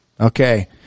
Okay